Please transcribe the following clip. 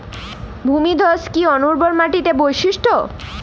ভূমিধস কি অনুর্বর মাটির বৈশিষ্ট্য?